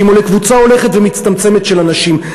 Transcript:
או לקבוצה הולכת ומצטמצמת של אנשים.